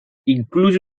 incluye